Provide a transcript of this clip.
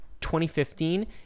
2015